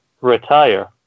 retire